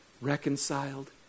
reconciled